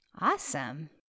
Awesome